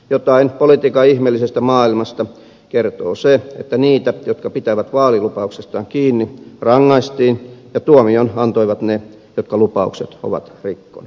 jotain politiikan ihmeellisestä maailmasta kertoo se että niitä jotka pitävät vaalilupauksistaan kiinni rangaistiin ja tuomion antoivat ne jotka lupaukset ovat rikkoneet